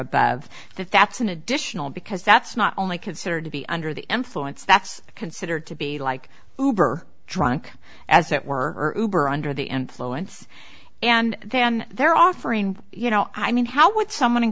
bad that that's an additional because that's not only considered to be under the influence that's considered to be like over drunk as it were under the influence and then they're offering you know i mean how would someone in